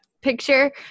picture